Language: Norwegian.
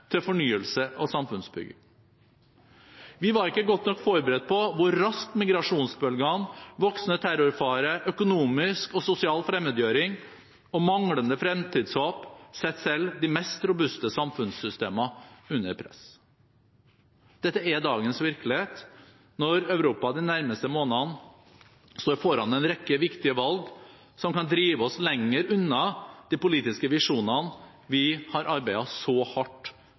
til fornyelse og samfunnsbygging. Vi var ikke godt nok forberedt på hvor raskt migrasjonsbølgene, voksende terrorfare, økonomisk og sosial fremmedgjøring og manglende fremtidshåp setter selv de mest robuste samfunnssystem under press. Dette er dagens virkelighet, når Europa de nærmeste månedene står foran en rekke viktige valg som kan drive oss lenger unna de politiske visjonene vi har arbeidet så hardt